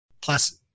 plus